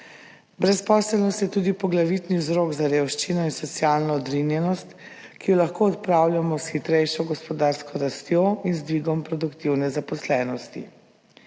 Brezposelnost je tudi poglavitni vzrok za revščino in socialno odrinjenost, ki jo lahko odpravljamo s hitrejšo gospodarsko rastjo in z dvigom produktivne zaposlenosti.